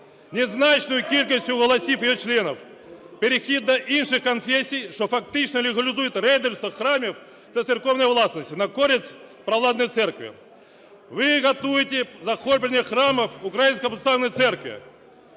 незначною кількістю голосів її членів, перехід до інших конфесій, що фактично легалізують рейдерство храмів та церковної власності на користь провладної церкви. Ви готуєте захоплення храмів Української Православної Церкви.